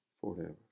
forever